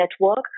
network